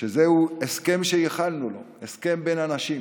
שזה הסכם שייחלנו לו, הסכם בין אנשים,